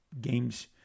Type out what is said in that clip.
games